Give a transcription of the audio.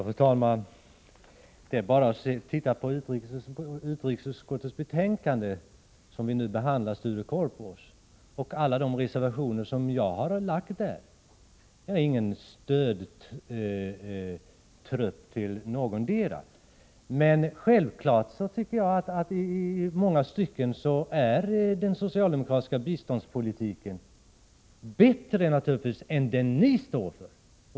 Fru talman! Det är bara att titta i utrikesutskottets betänkande som vi nu behandlar, Sture Korpås, och i alla de reservationer som jag har avgivit där. Jag är ingen stödtrupp till någondera sidan. Men självfallet tycker jag att den socialdemokratiska biståndspolitiken i många stycken är bättre än den ni står för.